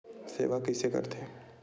सेवा कइसे करथे?